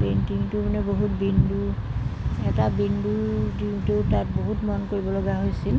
পেইণ্টিংটো মানে বহুত বিন্দু এটা বিন্দু দিওঁতেও তাত বহুত মন কৰিবলগা হৈছিল